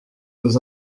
aux